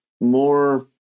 more